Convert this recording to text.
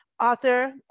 author